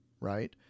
Right